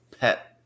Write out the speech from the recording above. pet